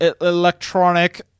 Electronic